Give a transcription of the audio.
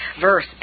verse